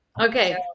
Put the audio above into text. Okay